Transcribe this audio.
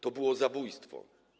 To było zabójstwo.